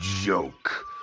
joke